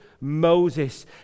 Moses